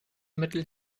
mittel